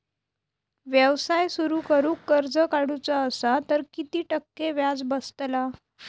व्यवसाय सुरु करूक कर्ज काढूचा असा तर किती टक्के व्याज बसतला?